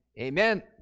amen